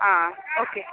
ఆ ఓకే